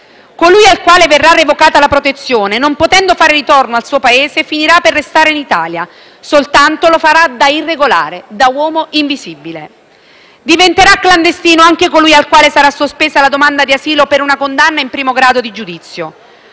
Colui al quale verrà revocata la protezione, non potendo fare ritorno al suo Paese, finirà per restare in Italia, soltanto lo farà da irregolare, da uomo invisibile. Diventerà clandestino anche colui al quale sarà sospesa la domanda di asilo per una condanna in primo grado di giudizio.